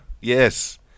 Yes